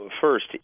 first